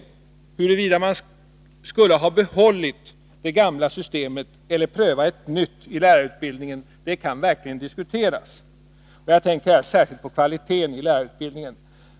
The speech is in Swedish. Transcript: Det kan verkligen diskuteras huruvida man skulle ha behållit det gamla systemet eller pröva ett nytt i lärarutbildningen. Jag tänker här särskilt på kvaliteten i lärarutbildningen.